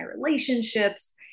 relationships